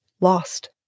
lost